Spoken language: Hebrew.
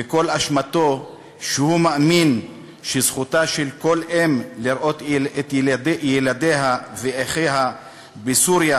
וכל אשמתו שהוא מאמין שזכותה של כל אם לראות את ילדיה ואחיה בסוריה,